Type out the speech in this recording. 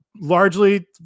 Largely